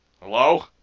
Hello